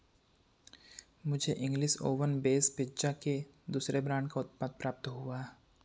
मुझे English oven base pizza के दूसरे ब्रांड का उत्पाद प्राप्त हुआ